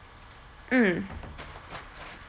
mm